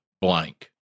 blank